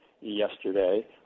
yesterday